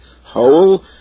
whole